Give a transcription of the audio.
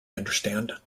understand